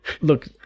Look